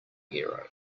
hero